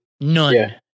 None